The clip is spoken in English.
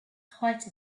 height